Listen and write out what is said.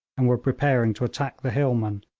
and were preparing to attack the hillmen,